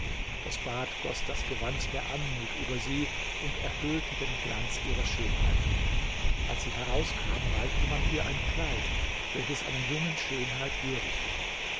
das bad goß das gewand der anmut über sie und erhöhte den glanz ihrer schönheit als sie herauskam reichte man ihr ein kleid welches einer jungen schönheit würdig war